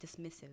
dismissive